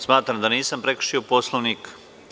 Smatram da nisam prekršio Poslovnik.